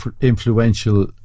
influential